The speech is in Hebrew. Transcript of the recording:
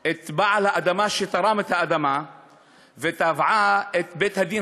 את בעל האדמה שתרם את האדמה ותבעה את בית-הדין